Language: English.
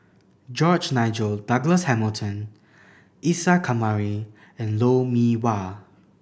George Nigel Douglas Hamilton Isa Kamari and Lou Mee Wah